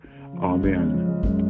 Amen